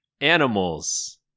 Animals